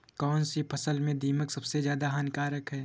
कौनसी फसल में दीमक सबसे ज्यादा हानिकारक है?